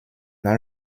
dans